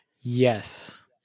Yes